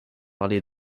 parler